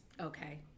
okay